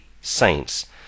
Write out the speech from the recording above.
saints